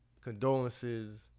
condolences